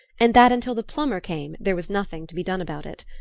and that until the plumber came there was nothing to be done about it.